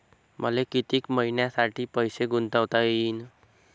मले कितीक मईन्यासाठी पैसे गुंतवता येईन?